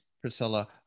Priscilla